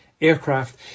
aircraft